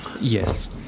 Yes